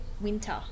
winter